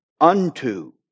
unto